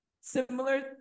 similar